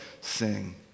sing